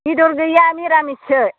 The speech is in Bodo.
बेदर गैया मिरामिस सो